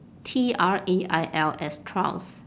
T R A I L S trails